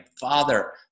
father